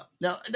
Now